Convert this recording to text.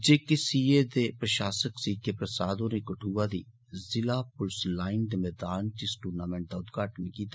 J K C A दे प्रशासक C K Prasad होरें कठुआ दी जिला पुलस लाईन दे मैदान च दूनमिंट दा उद्घाटन कीता